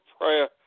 prayer